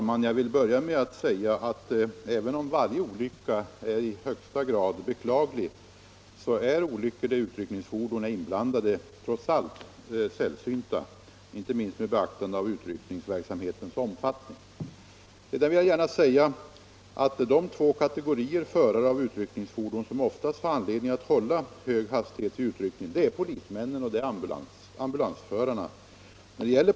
Herr talman! Även om varje olycka är i högsta grad beklaglig även där utryckningsfordon är inblandade är sådana olyckor trots allt sällsynta, inte minst med beaktande av utryckningsverksamhetens omfattning. De två kategorier som oftast har anledning att hålla hög hastighet vid utryckning är polismännen och ambulansförarna.